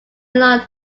along